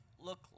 look